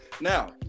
Now